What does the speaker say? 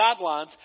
guidelines